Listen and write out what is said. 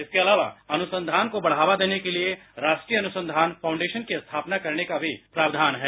इसके अलावा अनुसंघान को बढ़ावा देने के लिए राष्ट्रीय अनुसान फाउंडेशन की स्थापना करने का भी प्रावधान है